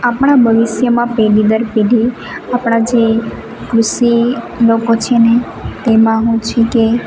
આપણા ભવિષ્યમાં પેઢી દર પેઢી આપણા જે કૃષિ લોકો છે ને તેમાં શું છે કે